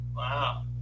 Wow